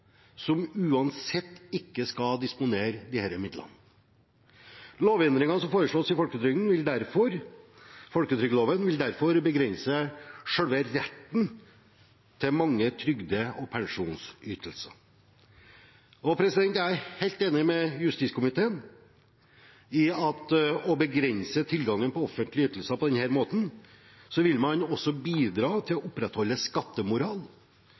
som uansett ikke skal disponere disse midlene. Lovendringene som foreslås i folketrygdloven, vil derfor begrense selve retten til mange trygde- og pensjonsytelser. Jeg er helt enig med justiskomiteen i at ved å begrense tilgangen til offentlige ytelser på denne måten vil man også bidra til å opprettholde